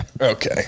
Okay